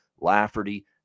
Lafferty